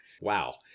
Wow